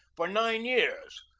for nine years,